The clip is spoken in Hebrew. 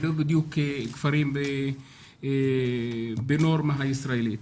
לא בדיוק כפרים בנורמה הישראלית.